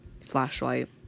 flashlight